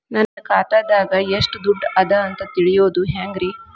ನನ್ನ ಖಾತೆದಾಗ ಎಷ್ಟ ದುಡ್ಡು ಅದ ಅಂತ ತಿಳಿಯೋದು ಹ್ಯಾಂಗ್ರಿ?